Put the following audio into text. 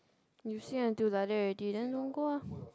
you say until like that already then don't go lah